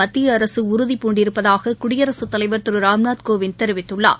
மத்திய அரசு உறுதி பூண்டிருப்பதாக குடியரசுத் தலைவர் திரு ராம்நாத் கோவிந்த் தெரிவித்துள்ளார்